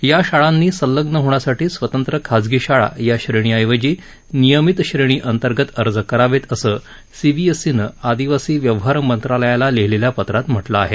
या शाळांनी संलग्न होण्यासाठी स्वतंत्र खाजगी शाळा या श्रेणीऐवजी नियमित श्रेणी अंतर्गत अर्ज करावेत असं सीबीएसईनं आदिवासी व्यवहार मंत्रालयाला लिहिलेल्या पत्रात म्हटलं आहे